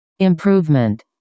improvement